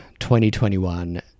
2021